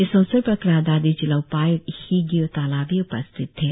इस अवसर पर क्रा दादी जिला उपाय्क्त हिगियों ताला भी उपस्थित थे